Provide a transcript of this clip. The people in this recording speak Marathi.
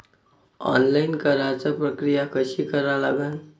ऑनलाईन कराच प्रक्रिया कशी करा लागन?